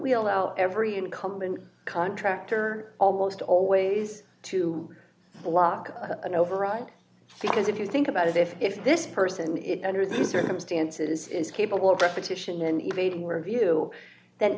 we allow every incumbent contractor almost always to block an override because if you think about it if if this person is under these circumstances is capable of repetition and evade where view th